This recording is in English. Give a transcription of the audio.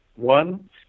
One